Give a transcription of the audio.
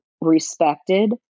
respected